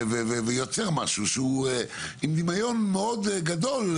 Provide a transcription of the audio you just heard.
ויוצר משהו שהוא עם דמיון מאוד גדול,